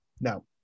Now